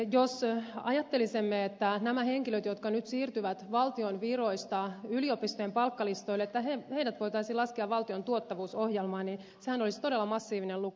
jos ajattelisimme että nämä henkilöt jotka nyt siirtyvät valtion viroista yliopistojen palkkalistoille voitaisiin laskea valtion tuottavuusohjelmaan niin sehän olisi todella massiivinen luku